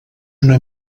una